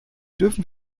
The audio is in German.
dürfen